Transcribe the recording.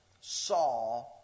saw